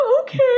okay